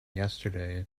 yesterday